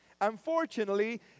Unfortunately